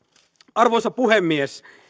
arvoisa puhemies